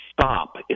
stop